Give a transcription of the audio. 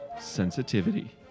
sensitivity